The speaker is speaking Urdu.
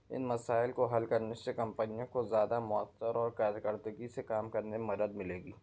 ان مسائل کو حل کرنے سے کمپنیوں کو زیادہ مؤخر اور کارکردگی سے کام کرنے میں مدد ملے گی